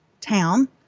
town